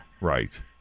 right